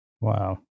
Wow